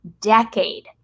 Decade